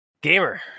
Gamer